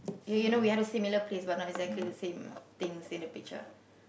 you you know we have a similar place but not exactly the same things in the picture